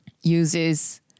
uses